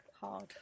hard